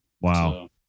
Wow